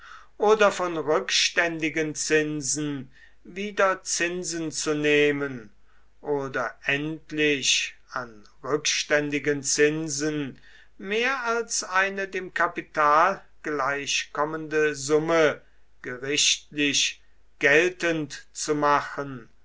oder von rückständigen zinsen wieder zinsen zu nehmen oder endlich an rückständigen zinsen mehr als eine dem kapital gleichkommende summe gerichtlich geltend zu machen